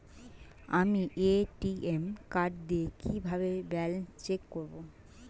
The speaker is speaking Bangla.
আমি এ.টি.এম কার্ড দিয়ে কিভাবে ব্যালেন্স চেক করব?